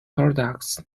products